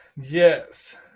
Yes